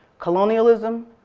colonialism,